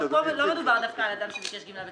אבל פה לא מדובר דווקא על אדם שביקש גמלה בכסף,